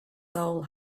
soul